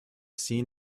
seen